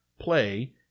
play